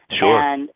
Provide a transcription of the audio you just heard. Sure